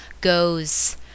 goes